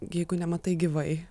jeigu nematai gyvai